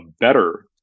better